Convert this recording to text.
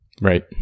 Right